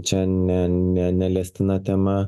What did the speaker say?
čia ne ne neliestina tema